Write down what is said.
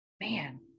man